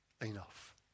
enough